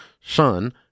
son